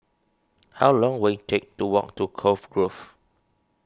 how long will it take to walk to Cove Grove